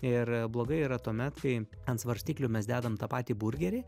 ir blogai yra tuomet kai ant svarstyklių mes dedam tą patį burgerį